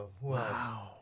Wow